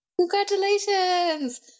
Congratulations